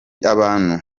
abantu